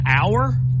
hour